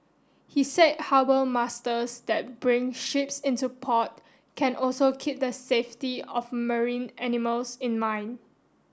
he say harbour masters that bring ships into port can also keep the safety of marine animals in mind